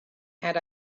had